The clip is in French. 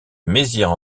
mézières